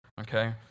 Okay